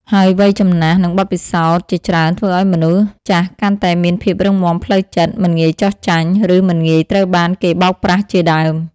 ហើយវ័យចំណាស់ និងបទពិសោធន៍ជាច្រើនធ្វើឱ្យមនុស្សចាស់កាន់តែមានភាពរឹងមាំផ្លូវចិត្ត មិនងាយចុះចាញ់ ឬមិនងាយត្រូវបានគេបោកប្រាស់ជាដើម។